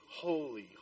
holy